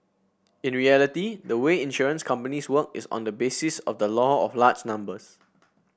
in reality the way insurance companies work is on the basis of the law of large numbers